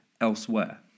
elsewhere